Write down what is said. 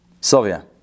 Sylvia